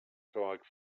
talk